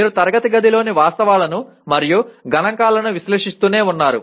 మీరు తరగతి గదిలోని వాస్తవాలను మరియు గణాంకాలను విశ్లేషిస్తూనే ఉన్నారు